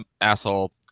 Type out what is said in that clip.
asshole